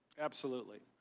absolutely.